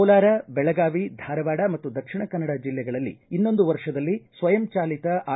ಕೋಲಾರ ಬೆಳಗಾವಿ ಧಾರವಾಡ ಮತ್ತು ದಕ್ಷಿಣ ಕನ್ನಡ ಜಿಲ್ಲೆಗಳಲ್ಲಿ ಇನ್ನೊಂದು ವರ್ಷದಲ್ಲಿ ಸ್ವಯಂ ಚಾಲಿತ ಆರ್